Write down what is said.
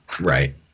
Right